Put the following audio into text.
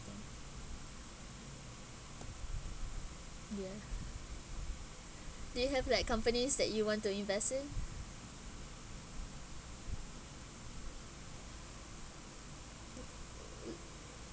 ya do you have like companies that you want to invest in